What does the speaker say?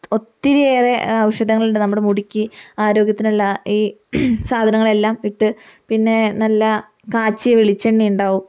ഒത്തിരിയേറെ ഔഷധങ്ങളുണ്ട് നമ്മുടെ മുടിക്ക് ആരോഗ്യത്തിനുള്ള ഈ സാധനങ്ങളെല്ലാം ഇട്ട് പിന്നേ നല്ല കാച്ചിയ വെളിച്ചെണ്ണ ഉണ്ടാവും